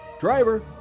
Driver